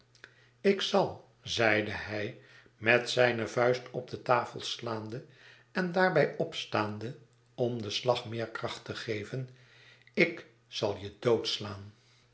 ik zal zeide hij met zijne vuist op de tafel slaande en daarbij opstaande om den slag meer kracht te geven ik zal je doodslaan